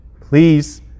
Please